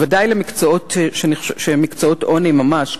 ובוודאי למקצועות שהם מקצועות עוני ממש,